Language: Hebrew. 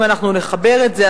אם אנחנו נחבר את זה,